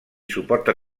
suporta